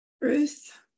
Ruth